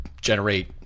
generate